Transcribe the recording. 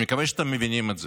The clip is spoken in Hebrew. אני מקווה שאתם מבינים את זה.